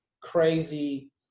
crazy